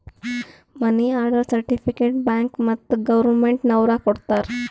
ಮನಿ order certificate bank ಮತ್ತ್ government ನವ್ರು ಕೊಡ್ತಾರ